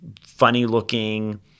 funny-looking